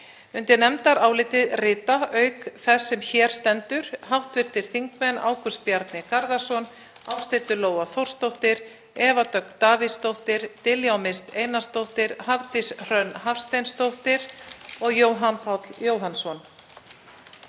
Undir nefndarálitið rita auk þess sem hér stendur hv. þingmenn Ágúst Bjarni Garðarsson, Ásthildur Lóa Þórsdóttir, Eva Dögg Davíðsdóttir, Diljá Mist Einarsdóttir, Hafdís Hrönn Hafsteinsdóttir og Jóhann Páll Jóhannsson.